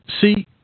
See